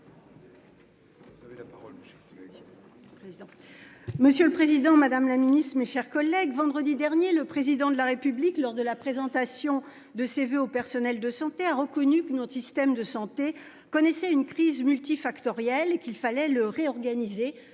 Monsieur le Président Madame la Ministre, mes chers collègues. Vendredi dernier, le président de la République lors de la présentation de ses voeux aux personnels de santé a reconnu que notre système de santé connaissait une crise multifactoriel et qu'il fallait le réorganiser